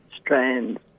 strands